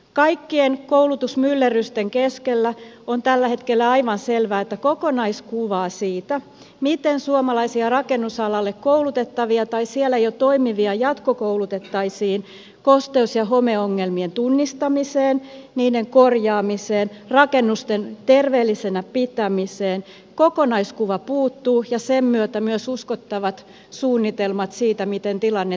kaikkien koulutusmyllerrysten keskellä on tällä hetkellä aivan selvää että puuttuu kokonaiskuva siitä miten suomalaisia rakennusalalle koulutettavia tai siellä jo toimivia jatkokoulutettaisiin kosteus ja homeongelmien tunnistamiseen niiden korjaamiseen rakennusten terveellisenä pitämiseen ja sen myötä puuttuvat myös uskottavat suunnitelmat siitä miten tilannetta parannetaan